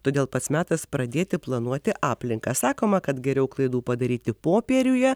todėl pats metas pradėti planuoti aplinką sakoma kad geriau klaidų padaryti popieriuje